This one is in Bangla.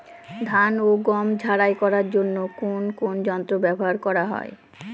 ধান ও গম ঝারাই করার জন্য কোন কোন যন্ত্র ব্যাবহার করা হয়?